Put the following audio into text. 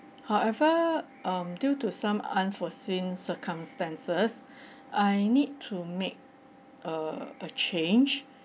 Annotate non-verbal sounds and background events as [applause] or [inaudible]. however um due to some unforeseen circumstances [breath] I need to make a a change